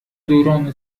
دوران